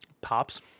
Pops